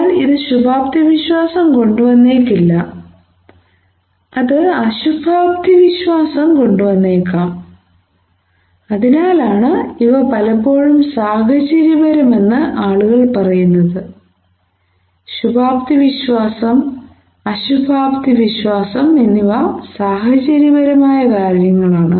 അതിനാൽ ഇത് ശുഭാപ്തിവിശ്വാസം കൊണ്ടുവന്നേക്കില്ല അത് അശുഭാപ്തിവിശ്വാസം കൊണ്ടുവന്നേക്കാം അതിനാലാണ് ഇവ പലപ്പോഴും സാഹചര്യപരമെന്ന് ആളുകൾ പറയുന്നത് ശുഭാപ്തിവിശ്വാസം അശുഭാപ്തിവിശ്വാസം എന്നിവ സാഹചര്യപരമായ കാര്യമാണ്